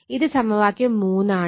ഇത് സമവാക്യം 3 ആണ്